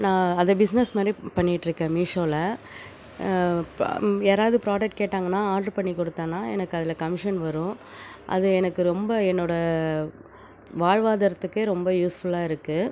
நான் அதை பிஸ்னஸ் மாதிரி பண்ணிகிட் இருக்கேன் மீஷோவில யாராவது ப்ராடக்ட் கேட்டாங்கன்னா ஆர்டர் பண்ணி கொடுத்தன்னா எனக்கு அதில் கமிஷன் வரும் அது எனக்கு ரொம்ப என்னோட வாழ்வாதாரத்துக்கே ரொம்ப யூஸ்ஃபுல்லாக இருக்கு